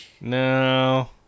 No